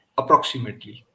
approximately